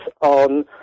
on